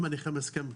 אם הנכה מסכים,